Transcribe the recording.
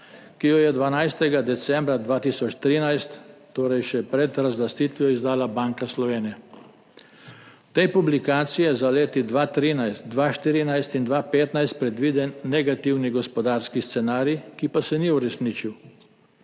ki jo je 12. decembra 2013, torej še pred razlastitvijo, izdala Banka Slovenije. V tej publikaciji je za leta 2013, 2014 in 2015 predviden negativni gospodarski scenarij, ki pa se ni uresničil.